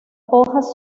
hojas